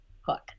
hook